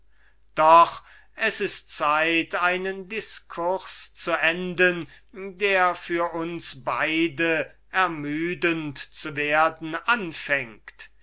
doch es ist zeit einen diskurs zu enden der für beide ermüdend zu werden anfangt